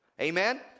Amen